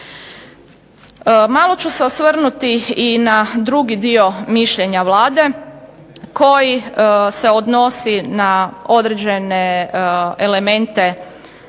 Malo ću se osvrnuti i na drugi dio mišljenja Vlade koji se odnosi na određene elemente